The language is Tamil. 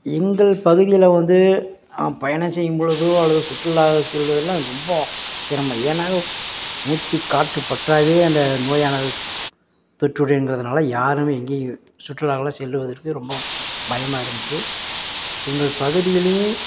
எங்கள் பகுதியில் வந்து நான் பயணம் செய்யும் பொழுதோ அல்லது சுற்றுலா செல்வதெல்லாம் ரொம்ப சிரமம் ஏன்னால் மூச்சுக் காற்றுப்பட்டாவே அந்த நோயானது தொற்றுடைங்கிறதுனால யாருமே எங்கேயும் சுற்றுலாங்கெலாம் செல்வதற்கு ரொம்ப பயமாக இருந்துச்சு எங்கள் பகுதியிலே